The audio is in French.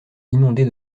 inondés